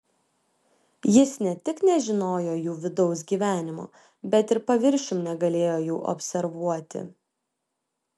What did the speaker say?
jis ne tik nežinojo jų vidaus gyvenimo bet ir paviršium negalėjo jų observuoti